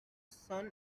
sun